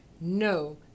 No